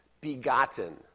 begotten